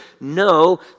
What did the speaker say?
No